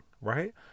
right